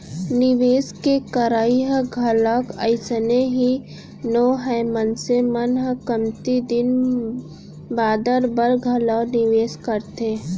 निवेस के करई ह घलोक अइसने ही नोहय मनसे मन ह कमती दिन बादर बर घलोक निवेस करथे